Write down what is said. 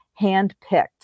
handpicked